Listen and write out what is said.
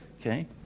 Okay